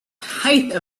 height